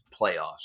playoffs